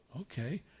Okay